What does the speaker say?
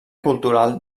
cultural